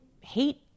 hate